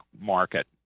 market